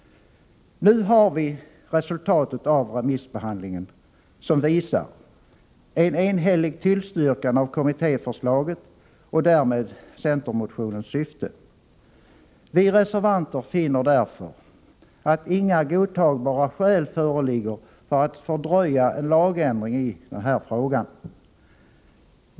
Nu har vi resultatet av remissbehandlingen som visar en enhällig tillstyrkan av kommittéförslaget och därmed centermotionens syfte. Vi reservanter finner därför att inga godtagbara skäl föreligger för att fördröja en lagändring i frågan.